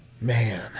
Man